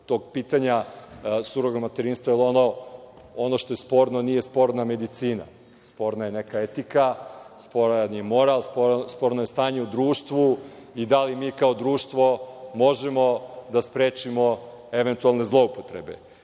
tog pitanja surogat materinstva, jer ono što sporno, nije sporna medicina, sporna je neka etika, sporan je moral, sporno je stanje u društvu i da li mi kao društvo možemo da sprečimo eventualne zloupotrebe. Govorili